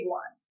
one